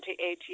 28